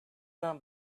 not